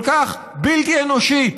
כל כך בלתי אנושית,